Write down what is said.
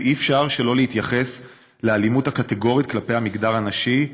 ואי-אפשר שלא להתייחס לאלימות הקטגורית כלפי המגדר הנשי,